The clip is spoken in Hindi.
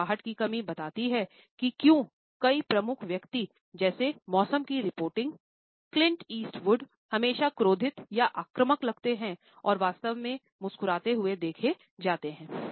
मुस्कुराहट की कमी बताती है कि क्यों कई प्रमुख व्यक्ति जैसे मौसम की रिपोर्टिंग क्लिंट ईस्ट वुड हमेशा क्रोधी या आक्रामक लगते हैं और वास्तव में मुस्कुराते हुए देखे जाते हैं